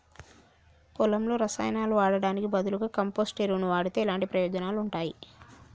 పొలంలో రసాయనాలు వాడటానికి బదులుగా కంపోస్ట్ ఎరువును వాడితే ఎలాంటి ప్రయోజనాలు ఉంటాయి?